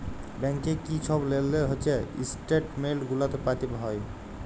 ব্যাংকে কি ছব লেলদেল হছে ইস্ট্যাটমেল্ট গুলাতে পাতে হ্যয়